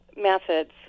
methods